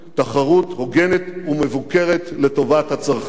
תחרות הוגנת ומבוקרת לטובת הצרכן.